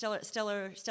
Stellar